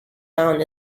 town